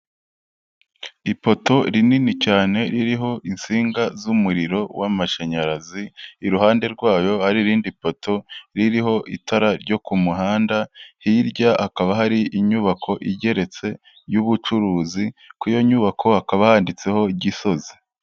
ipoto rinini cyane ririho insinga z'umuriro w'amashanyarazi, iruhande rwayo hari irindi poto ririho itara ryo ku muhanda, hirya hakaba hari inyubako igeretse y'ubucuruzi kuri iyo nyubako hakaba handitseho Gisozi.